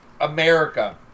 America